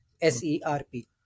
S-E-R-P